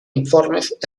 informes